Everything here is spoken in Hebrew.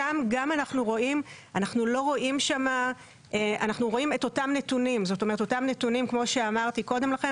שם אנחנו רואים את אותם הנתונים כמו שאמרתי קודם לכן,